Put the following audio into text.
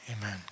Amen